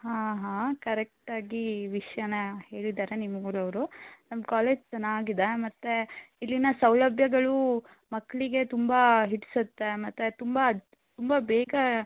ಹಾಂ ಹಾಂ ಕರೆಕ್ಟಾಗಿ ವಿಷಯಾನ ಹೇಳಿದ್ದಾರೆ ನಿಮ್ಮ ಊರು ಅವರು ನಮ್ಮ ಕಾಲೇಜು ಚೆನಾಗಿದೆ ಮತ್ತು ಇಲ್ಲಿನ ಸೌಲಭ್ಯಗಳು ಮಕ್ಕಳಿಗೆ ತುಂಬ ಹಿಡಿಸುತ್ತೆ ಮತ್ತು ತುಂಬ ತುಂಬ ಬೇಗ